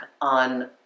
on